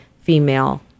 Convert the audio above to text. female